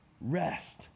rest